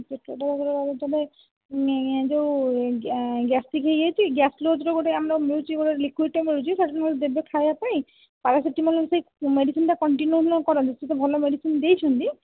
ପେଟର ତୁମେ ଏହି ଯେଉଁ ଗ୍ୟାସଟ୍ରିକ୍ ହୋଇଯାଇଛି ଗ୍ୟାସ୍ଲୋଡ଼୍ର ଆମର ମିଳୁଛି ଗୋଟିଏ ଲିକ୍ୱିଡ଼ଟେ ମିଳୁଛି ସେହିଟା ନହେଲେ ଦେବେ ଖାଇବା ପାଇଁ ପାରାସେଟାମଲ୍ ସେହି ମେଡ଼ିସିନଟା କଣ୍ଟିନ୍ୟୁ କରନ୍ତୁ ସେ ତ ଭଲ ମେଡ଼ିସିନ ଦେଇଛନ୍ତି